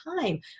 time